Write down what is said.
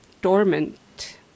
dormant